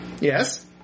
Yes